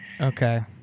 Okay